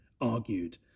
argued